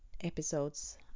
episodes